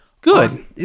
good